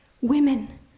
women